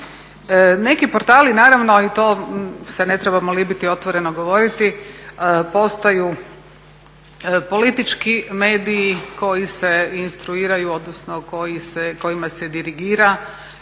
Neki portali naravno i to se ne trebamo libiti otvoreno govoriti, postaju politički mediji koji se instruiraju, odnosno kojima se dirigira